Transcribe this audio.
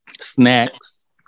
snacks